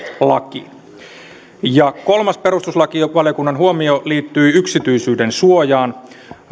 lakiin kolmas perustuslakivaliokunnan huomio liittyi yksityisyydensuojaan